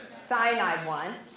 cyanide one.